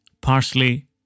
parsley